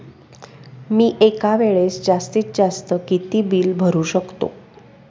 मी एका वेळेस जास्तीत जास्त किती बिल भरू शकतो?